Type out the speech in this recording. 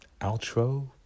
outro